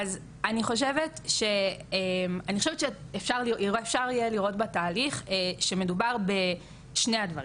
אז אני חושבת שאפשר יהיה לראות בתהליך שמדובר בשני הדברים.